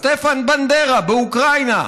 סטפן בנדרה באוקראינה,